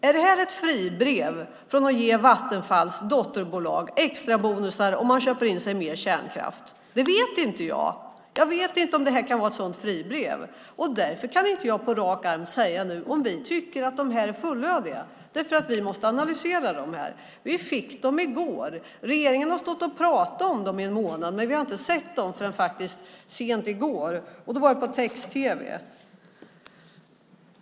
Är detta ett fribrev för att ge Vattenfalls dotterbolag extra bonusar om det köper in sig i mer kärnkraft? Det vet inte jag. Jag vet inte om detta kan vara ett sådant fribrev. Därför kan jag inte på rak arm säga om vi tycker att riktlinjerna är fullödiga. Vi måste analysera dem först. Vi fick dem i går. Regeringen har pratat om dem i en månad, men vi såg dem inte förrän sent i går och då på text-tv.